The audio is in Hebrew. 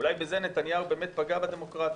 אולי בזה נתניהו באמת פגע בדמוקרטיה.